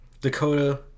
Dakota